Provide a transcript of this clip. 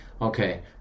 Okay